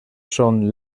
són